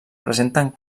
presenten